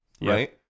right